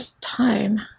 time